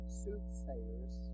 soothsayers